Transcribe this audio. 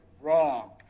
wrong